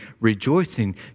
rejoicing